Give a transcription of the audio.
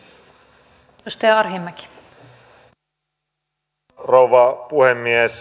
arvoisa rouva puhemies